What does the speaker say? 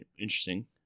interesting